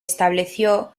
estableció